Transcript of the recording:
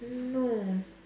oh no